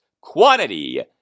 Quantity